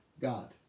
God